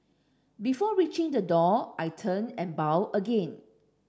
before reaching the door I turned and bowed again